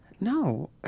No